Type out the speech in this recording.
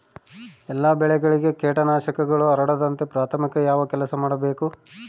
ಎಲ್ಲ ಬೆಳೆಗಳಿಗೆ ಕೇಟನಾಶಕಗಳು ಹರಡದಂತೆ ಪ್ರಾಥಮಿಕ ಯಾವ ಕೆಲಸ ಮಾಡಬೇಕು?